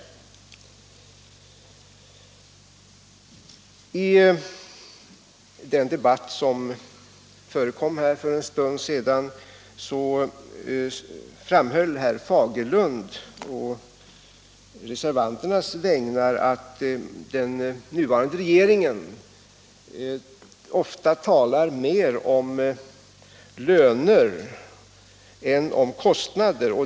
anledning av I den debatt som förekom för en stund sedan sade herr Fagerlund planerad avveckpå reservanternas vägnar att den nuvarande regeringen ofta talar mer ling av verksamheom löner än om kostnader.